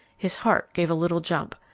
his heart gave a little jump.